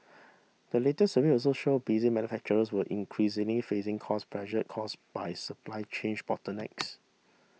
the latest survey also showed busy manufacturers were increasingly facing cost pressure caused by supply chain bottlenecks